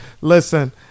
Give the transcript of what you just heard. Listen